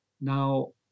now